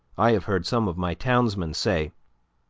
i have heard some of my townsmen say,